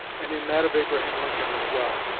and in that of abraham lincoln as well.